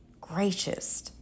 gracious